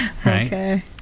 Okay